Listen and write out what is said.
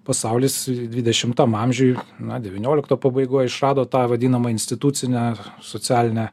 pasaulis dvidešimtam amžiuj na devyniolikto pabaigoj išrado tą vadinamą institucinę socialinę